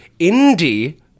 indie